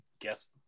guess